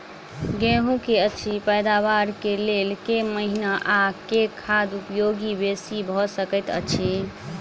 गेंहूँ की अछि पैदावार केँ लेल केँ महीना आ केँ खाद उपयोगी बेसी भऽ सकैत अछि?